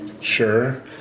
Sure